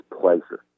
pleasure